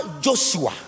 Joshua